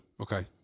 Okay